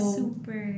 super